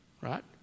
right